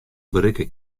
berikke